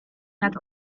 nad